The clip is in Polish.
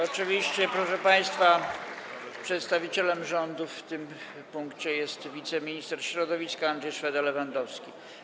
Oczywiście, proszę państwa, przedstawicielem rządu w tym punkcie jest wiceminister środowiska Andrzej Szweda-Lewandowski.